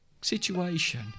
situation